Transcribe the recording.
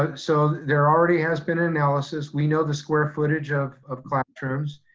ah so there already has been an analysis. we know the square footage of of classrooms.